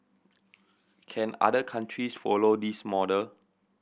can other countries follow this model